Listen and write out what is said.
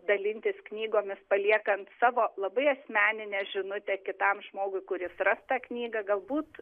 dalintis knygomis paliekant savo labai asmeninę žinutę kitam žmogui kuris ras tą knygą galbūt